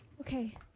Okay